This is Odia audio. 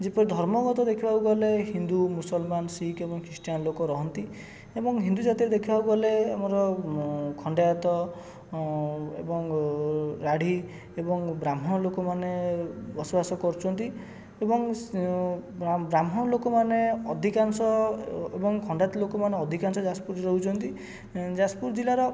ଯେପରି ଧର୍ମଗତ ଦେଖିବାକୁ ଗଲେ ହିନ୍ଦୁ ମୁସଲମାନ ଶିଖ ଏବଂ ଖ୍ରୀଷ୍ଟିୟାନ୍ ଲୋକ ରହନ୍ତି ଏବଂ ହିନ୍ଦୁ ଜାତୀୟ ଦେଖିବାକୁ ଗଲେ ଆମର ଖଣ୍ଡାୟତ ଏବଂ ରାଢି ଏବଂ ବ୍ରାହ୍ମଣ ଲୋକମାନେ ବସବାସ କରୁଛନ୍ତି ଏବଂ ସ୍ ବା ବ୍ରାହ୍ମଣ ଲୋକମାନେ ଅଧିକାଂଶ ଏବଂ ଖଣ୍ଡାୟତ ଲୋକମାନେ ଅଧିକାଂଶ ଯାଜପୁରରେ ରହୁଛନ୍ତି ଏଁ ଯାଜପୁର ଜିଲ୍ଲାର